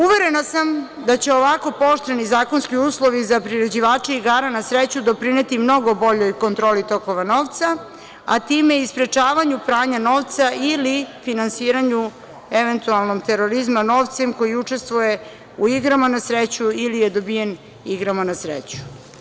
Uverena sam da će ovako pooštreni zakonski uslovi za priređivača igara na sreću doprineti mnogo boljoj kontroli tokova novca, a time i sprečavanju pranja novca ili finansiranju eventualnog terorizma novcem koji učestvuje u igrama na sreću ili dobijen igrama na sreću.